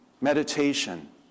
meditation